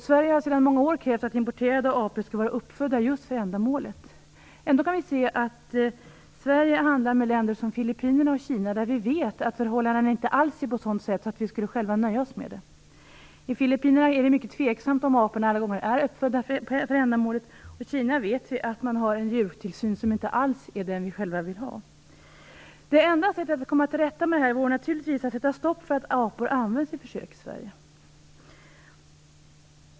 Sverige har sedan många år krävt att importerade apor skall vara uppfödda just för ändamålet. Ändå kan vi se att Sverige handlar med länder som Filippinerna och Kina, där vi vet att förhållandena inte alls är sådana att vi själva skulle nöja oss med dem. I Filippinerna är det mycket tveksamt om aporna är uppfödda för ändamålet. I Kina vet vi att man har en djurtillsyn som inte alls är den som vi själva vill ha. Det enda sättet att komma till rätta med detta vore naturligtvis att sätta stopp för att apor används i försök i Sverige.